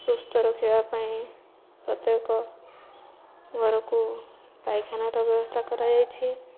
ସୁସ୍ଥ ରଖିବା ପାଇଁ ପ୍ରତ୍ୟେକ ଘରକୁ ପାଇଖାନାର ବ୍ୟବସ୍ଥା କରାଯାଇଛି